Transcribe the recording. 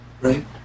Right